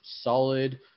solid